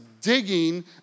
digging